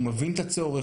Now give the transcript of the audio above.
הוא מבין את הצורך,